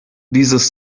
dieses